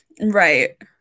Right